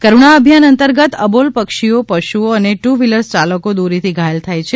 કરૃણા અભિયાન અંતર્ગત અબોલ પક્ષીઓ પશુઓ અને ટુ વ્હીલર યાલકો દોરીથી ઘાયલ થાય છે